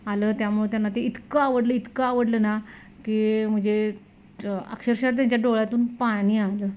आलं त्यामुळे त्यांना ते इतकं आवडलं इतकं आवडलं ना की म्हणजे अक्षरशः त्यांच्या डोळ्यातून पाणी आलं